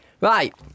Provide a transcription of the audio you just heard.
Right